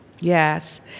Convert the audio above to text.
Yes